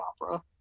opera